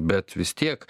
bet vis tiek